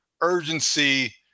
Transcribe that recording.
urgency